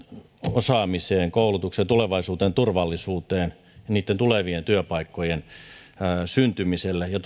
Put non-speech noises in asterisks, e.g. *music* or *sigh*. osaamiseen koulutukseen ja tulevaisuuteen turvallisuuteen niitten tulevien työpaikkojen syntymiseen ja *unintelligible*